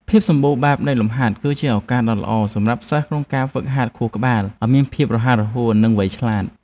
ភាពសម្បូរបែបនៃលំហាត់ គឺជាឱកាសដ៏ល្អសម្រាប់សិស្សក្នុងការហ្វឹកហាត់ខួរក្បាលឱ្យមានភាពរហ័សរហួននិងវៃឆ្លាត។